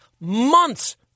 months